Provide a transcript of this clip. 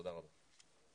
תודה רבה.